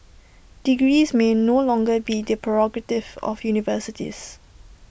degrees may no longer be the prerogative of universities